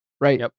right